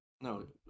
No